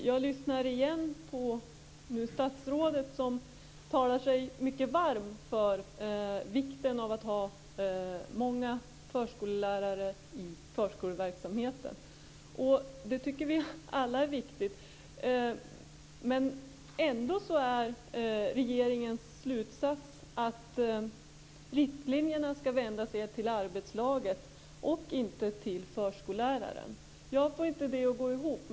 Fru talman! Jag lyssnade på statsrådet igen som talade sig mycket varm för vikten av att ha många förskollärare i förskoleverksamheten. Det tycker vi alla är viktigt. Men ändå är regeringens slutsats att riktlinjerna skall vända sig till arbetslaget och inte till förskolläraren. Jag får inte detta att gå ihop.